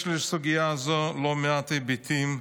יש לסוגיה הזאת לא מעט היבטים,